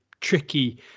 tricky